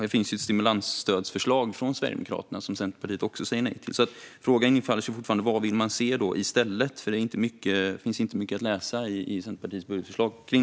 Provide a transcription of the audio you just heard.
Här finns ett stimulansförslag från Sverigedemokraterna som Centerpartiet också säger nej till. Frågan inställer sig fortfarande, vad man vill se i stället, för det finns inte mycket att läsa kring detta i Centerpartiets budgetförslag.